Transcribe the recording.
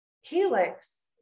Helix